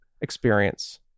experience